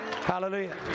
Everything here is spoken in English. Hallelujah